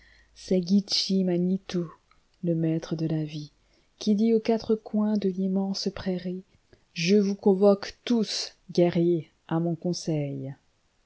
manito le maître de la vie qui dit aux quatre coins de l'immense prairie je vous convoque tous guerriers à mon conseil